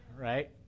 right